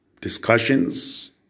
discussions